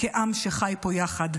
כעם שחי פה יחד.